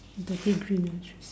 dirty green ah interesting